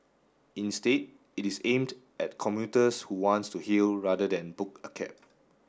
instead it is aimed at commuters who want to hail rather than book a cab